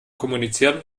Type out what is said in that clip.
kommunizieren